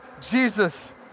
Jesus